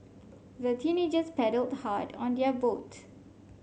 the teenagers paddled hard on their boat